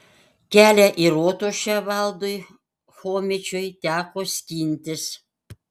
kelią į rotušę valdui chomičiui teko skintis